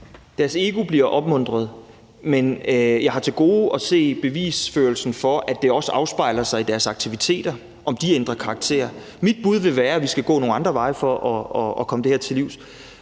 Deres ego bliver opmuntret, men jeg har til gode at se bevisførelsen for, at det også afspejler sig i deres aktiviteter, altså om de ændrer karakter. Mit bud vil være, at vi skal gå nogle andre veje for at komme det her til livs.